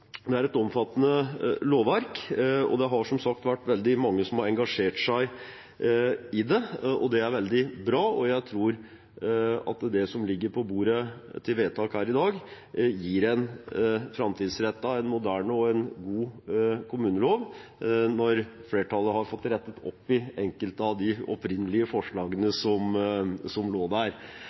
Det er et omfattende lovverk, og det har som sagt vært veldig mange som har engasjert seg i det. Det er veldig bra, og jeg tror at det som ligger på bordet til vedtak her i dag, gir en framtidsrettet, moderne og god kommunelov, når flertallet har fått rettet opp i enkelte av de opprinnelige forslagene som lå der.